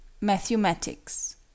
Mathematics